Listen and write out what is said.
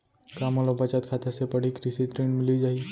का मोला बचत खाता से पड़ही कृषि ऋण मिलिस जाही?